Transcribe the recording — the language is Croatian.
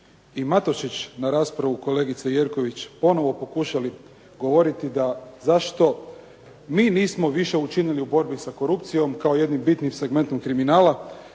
i Matošić na raspravu kolegice Jerković ponovo pokušali govoriti da zašto mi nismo više učinili u borbi sa korupcijom kao jednim bitnim segmentom kriminala.